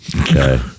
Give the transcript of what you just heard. Okay